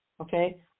okay